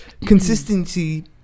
consistency